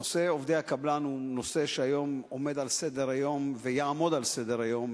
נושא עובדי הקבלן עומד על סדר-היום ויעמוד על סדר-היום,